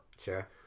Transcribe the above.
Sure